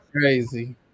crazy